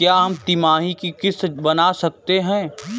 क्या हम तिमाही की किस्त बना सकते हैं?